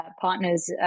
partners